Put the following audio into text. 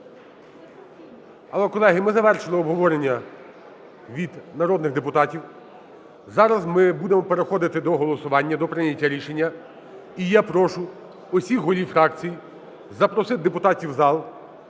Колеги, ми завершили обговорення від народних депутатів. Зараз ми будемо переходити до голосування, до прийняття рішення. І я прошу всіх голів фракцій запросити депутатів в зал.